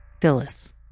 Phyllis